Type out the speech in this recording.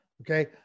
Okay